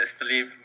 sleep